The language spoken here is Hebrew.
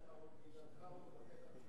תראה, אני